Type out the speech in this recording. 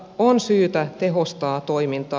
on syytä tehostaa toimintaa